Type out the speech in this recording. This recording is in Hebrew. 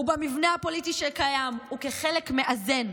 ובמבנה הפוליטי שקיים, כחלק מאזן,